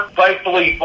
Thankfully